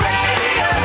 Radio